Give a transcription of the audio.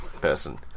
person